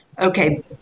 okay